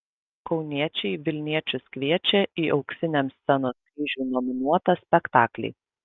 kauniečiai vilniečius kviečia į auksiniam scenos kryžiui nominuotą spektaklį